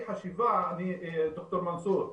ד"ר מנסור,